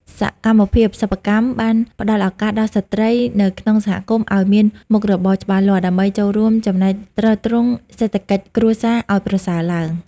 សកម្មភាពសិប្បកម្មបានផ្ដល់ឱកាសដល់ស្ត្រីនៅក្នុងសហគមន៍ឱ្យមានមុខរបរច្បាស់លាស់ ដើម្បីចូលរួមចំណែកទ្រទ្រង់សេដ្ឋកិច្ចគ្រួសារឱ្យប្រសើរឡើង។